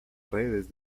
redes